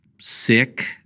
sick